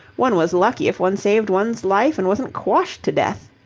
one was lucky if one saved one's life and wasn't quashed to death.